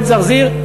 בית-זרזיר,